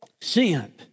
sin